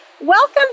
Welcome